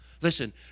Listen